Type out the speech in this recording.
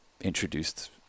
introduced